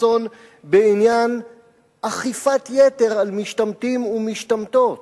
חסון בעניין אכיפת יתר על משתמטים ומשתמטות,